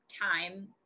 time